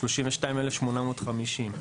32,850 ש"ח.